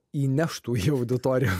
įneštų į auditoriją